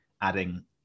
adding